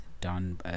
done